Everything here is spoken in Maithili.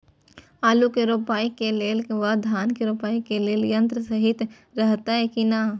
आलु के रोपाई के लेल व धान के रोपाई के लेल यन्त्र सहि रहैत कि ना?